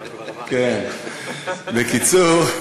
בקיצור,